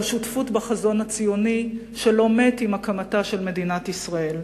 אלא שותפות בחזון הציוני שלא מת עם הקמתה של מדינת ישראל.